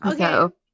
okay